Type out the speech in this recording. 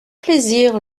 plaisir